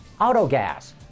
autogas